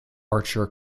archer